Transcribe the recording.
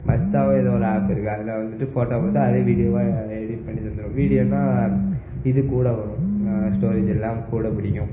மஸ்தாவோ ஏதோ ஒரு ஆப்பு இருக்குது அதில் வந்துட்டு ஃபோட்டோவை கொடுத்தா அது வீடியோவா எடிட் பண்ணி தந்துடும் வீடியோன்னா இது கூட வரும் ஸ்டோரேஜ் எல்லாம் கூட பிடிக்கும்